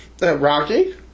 Rocky